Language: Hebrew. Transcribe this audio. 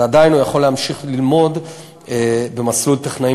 ועדיין הוא יכול להמשיך ללמוד במסלול טכנאים